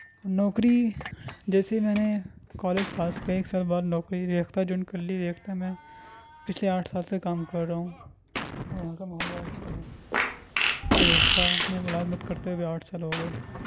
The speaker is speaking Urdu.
نوکری جیسے ہی میں نے کالج پاس کیا ایک سال بعد نوکری ریختہ جوائن کر لی ریختہ میں پچھلے آٹھ سال سے کام کر رہا ہوں یہاں کا ماحول بڑا اچھا ہے ریختہ میں ملازمت کرتے ہوئے آٹھ سال ہو گئے